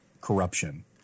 corruption